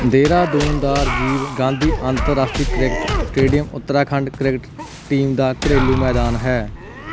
ਦੇਹਰਾਦੂਨ ਦਾ ਰਾਜੀਵ ਗਾਂਧੀ ਅੰਤਰਰਾਸ਼ਟਰੀ cricket stadium Uttarakhand cricket team ਦਾ ਘਰੇਲੂ ਮੈਦਾਨ ਹੈ